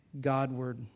Godward